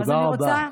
תודה רבה.